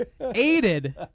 Aided